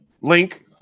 link